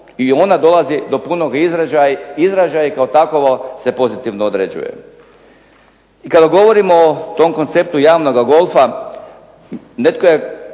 i ona dolazi do …/Ne razumije se./… izražaj i kao takovo se pozitivno određuje. I kada govorimo o tom konceptu javnoga golfa, netko je